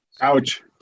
Ouch